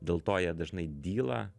dėl to jie dažnai dyla